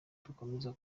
dukomeza